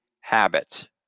habit